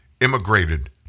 immigrated